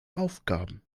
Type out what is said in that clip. aufgaben